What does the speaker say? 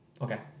okay